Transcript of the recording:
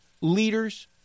leaders